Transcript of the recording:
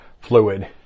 fluid